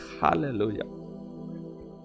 Hallelujah